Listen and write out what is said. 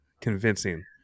convincing